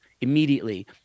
immediately